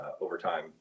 overtime